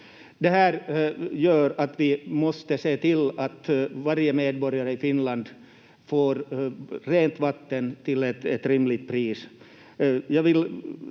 se till att varje medborgare i Finland får rent vatten till ett rimligt pris.